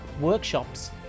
workshops